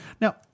Now